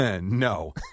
No